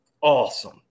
awesome